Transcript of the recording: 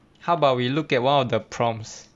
how about we look at one of the prompts